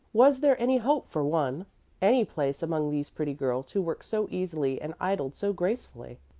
was there any hope for one any place among these pretty girls who worked so easily and idled so gracefully?